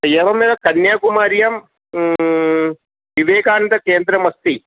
एवमेव कन्याकुमार्यां विवेकानन्दकेन्द्रम् अस्ति